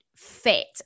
Fit